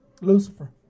Lucifer